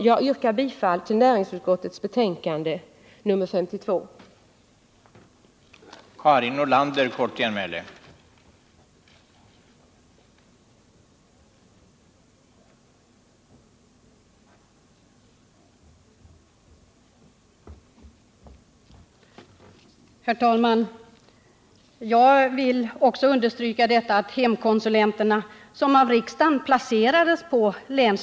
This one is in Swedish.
Jag yrkar bifall till vad näringsutskottet hemställer i sitt betänkande 1978/79:22.